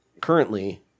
currently